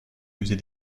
musée